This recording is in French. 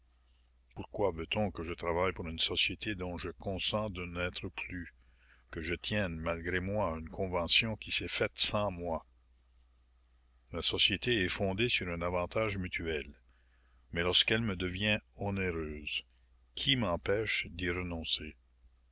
pourquoi veut-on que je travaille pour une société dont je consens de n'être plus que je tienne malgré moi une convention qui s'est faite sans moi la société est fondée sur un avantage mutuel mais lorsqu'elle me devient onéreuse qui m'empêche d'y renoncer